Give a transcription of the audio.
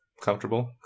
comfortable